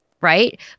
right